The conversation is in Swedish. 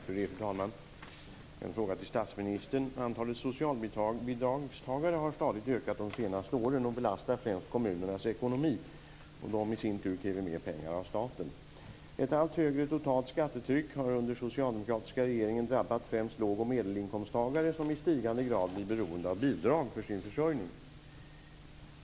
Fru talman! Jag har en fråga till statsministern. Antalet socialbidragstagare har stadigt ökat de senaste åren och belastar främst kommunernas ekonomi, och de i sin tur kräver mer pengar av staten. Ett allt högre totalt skattetryck har under den socialdemokratiska regeringen drabbat främst låg och medelinkomsttagare som i stigande grad blir beroende av bidrag för sin försörjning.